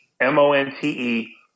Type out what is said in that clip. M-O-N-T-E